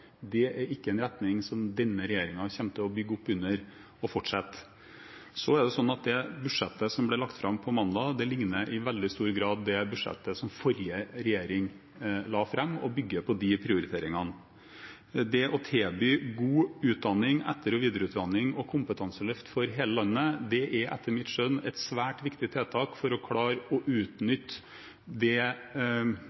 Det er ikke en retning som denne regjeringen kommer til å bygge opp under og fortsette å gå i. Det budsjettet som ble lagt fram på mandag, ligner i veldig stor grad det budsjettet som forrige regjering la fram, og bygger på de prioriteringene. Det å tilby god utdanning, etter- og videreutdanning og kompetanseløft for hele landet er etter mitt skjønn et svært viktig tiltak for å klare å